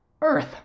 Earth